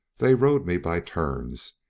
they rode me by turns,